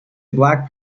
black